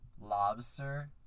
Lobster